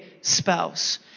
spouse